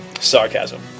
Sarcasm